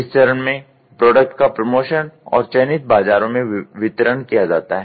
स चरण में प्रोडक्ट का प्रमोशन और चयनित बाजारों में वितरण किया जाता है